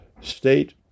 state